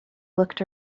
looked